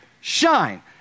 shine